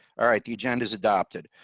all right. the agenda is adopted.